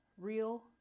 Real